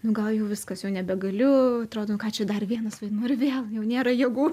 nu gal jau viskas jau nebegaliu atrodo nu ką čia dar vienas vaidmuo ir vėl jau nėra jėgų